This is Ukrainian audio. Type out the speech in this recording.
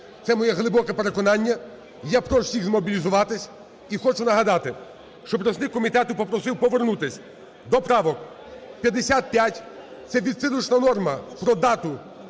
Це моє глибоке переконання. Я прошу всіхзмобілізуватись. І хочу нагадати, що представник комітету попросив повернутись до правок 55 - це відсилочна норма про дату